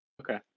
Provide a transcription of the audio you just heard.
Okay